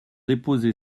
déposé